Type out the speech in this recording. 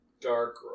dark